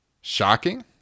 Shocking